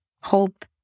hope